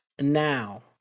Now